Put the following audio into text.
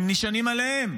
הם נשענים עליהם,